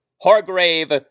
Hargrave